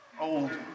Old